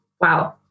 Wow